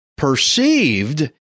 perceived